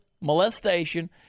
molestation